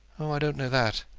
i don't know that.